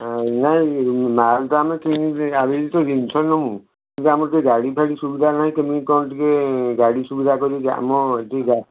ହଁ ନାଇଁ ମାଲ ତ ଆମେ କିଣିକି ଆମେ ବି ତ ଜିନଷ ନବୁ କିନ୍ତୁ ଆମର ତ ଗାଡ଼ିଫାଡ଼ି ସୁବିଧା ନାହିଁ କେମିତି କ'ଣ ଟିକିଏ ଗାଡ଼ି ସୁବିଧା କରିକି ଆମ ଯେଉଁ ଗାଁ